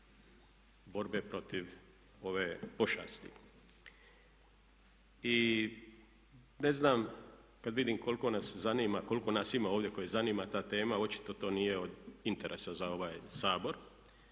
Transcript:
nas zanima, koliko nas ima ovdje koje zanima ta tema očito to nije od interesa za ovaj Sabor.